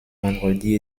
vendredi